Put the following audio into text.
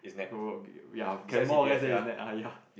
go ya can more or less say is then ya